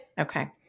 Okay